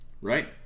Right